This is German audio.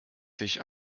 sich